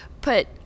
put